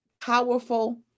powerful